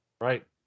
Right